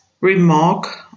remark